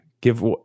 give